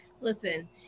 listen